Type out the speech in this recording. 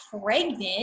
pregnant